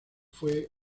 fue